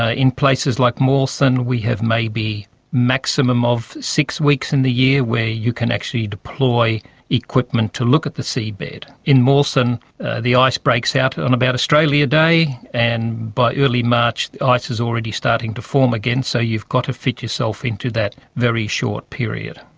ah in places like mawson we have maybe a maximum of six weeks in the year where you can actually deploy equipment to look at the sea bed. in mawson the ice breaks out on about australia day and by early march the ice is already starting to form again so you've got to fit yourself into that very short period.